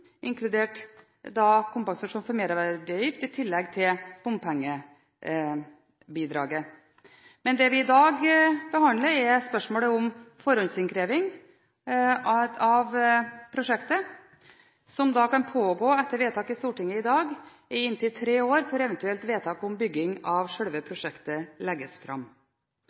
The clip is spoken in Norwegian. inkludert kompensasjon for økt merverdiavgift, i tillegg til bompengebidraget. Men det vi behandler i dag, er spørsmålet om forhåndsinnkreving av bompenger, som kan pågå – etter vedtak i Stortinget i dag – i inntil tre år, før eventuelt vedtak om bygging av selve prosjektet legges fram.